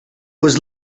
was